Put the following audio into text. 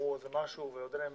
לא בטוח